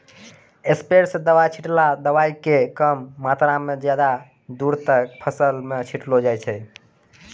sprayer स दवाय छींटला स दवाय के कम मात्रा क ज्यादा दूर तक फसल मॅ छिटलो जाय छै